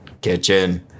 kitchen